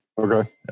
Okay